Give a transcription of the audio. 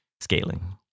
scaling